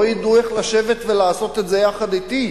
לא ידעו איך לשבת ולעשות את זה יחד אתי,